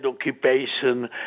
occupation